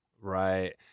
right